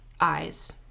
eyes